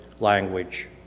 language